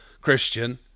Christian